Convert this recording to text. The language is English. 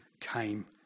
came